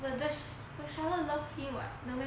but deshava love him [what] no meh